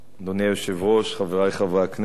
אדוני היושב-ראש, חברי חברי הכנסת,